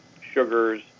sugars